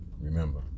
Remember